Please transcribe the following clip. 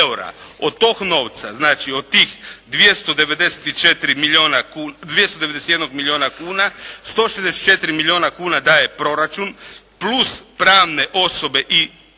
Od tog novca znači od tih 294 milijuna, 291 milijuna kuna 164 milijuna kuna daje proračun plus pravne osobe i dijela